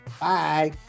bye